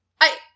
I-